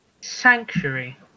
Sanctuary